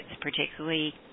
particularly